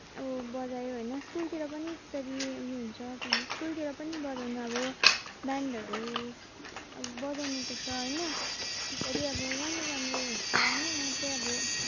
अब बजायो होइन स्कुलतिर पनि त्यसरी उयो हुन्छ के भन्छ स्कुलतिर पनि बजाउन अब ब्यान्डहरू अब बजाउनुपर्छ होइन त्यसरी अब राम्रो राम्रो हुन्छ होइन म चाहिँ अब